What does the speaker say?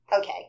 Okay